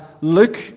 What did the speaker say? Luke